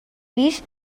pis